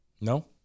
No